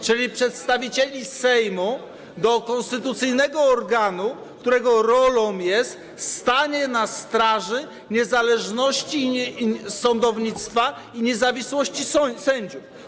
czyli przedstawicieli Sejmu do konstytucyjnego organu, którego rolą jest stanie na straży niezależności sądownictwa i niezawisłości sędziów.